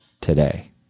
today